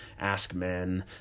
AskMen